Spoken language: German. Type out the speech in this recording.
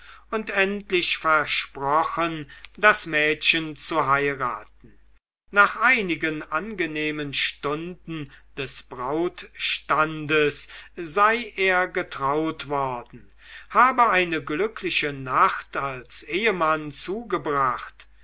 und endlich versprochen das mädchen zu heiraten nach einigen angenehmen stunden des brautstandes sei er getraut worden habe eine glückliche nacht als ehmann zugebracht